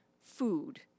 food